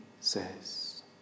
says